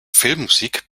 filmmusik